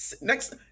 next